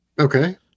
Okay